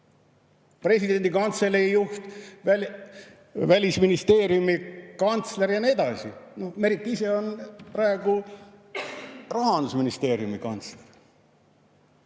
presidendi kantselei juht, Välisministeeriumi kantsler ja nii edasi. Merike ise on praegu Rahandusministeeriumi kantsler.